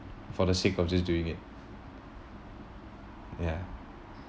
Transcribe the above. for the sake of just doing it ya